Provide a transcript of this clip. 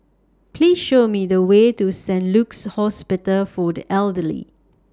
Please Show Me The Way to Saint Luke's Hospital For The Elderly